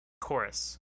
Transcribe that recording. chorus